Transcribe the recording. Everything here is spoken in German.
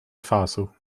faso